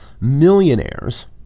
millionaires